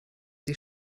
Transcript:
die